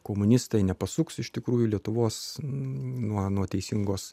komunistai nepasuks iš tikrųjų lietuvos nuo nuo teisingos